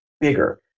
bigger